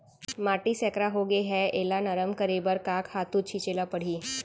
माटी सैकड़ा होगे है एला नरम करे बर का खातू छिंचे ल परहि?